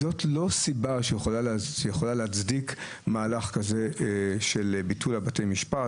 זאת לא סיבה שיכולה להצדיק מהלך כזה של ביטול בתי משפט,